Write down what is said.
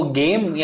game